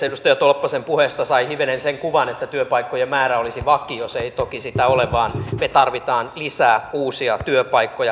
edustaja tolppasen puheesta sai hivenen sen kuvan että työpaikkojen määrä olisi vakio se ei toki sitä ole vaan me tarvitsemme lisää uusia työpaikkoja